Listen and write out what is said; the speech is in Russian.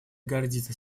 гордится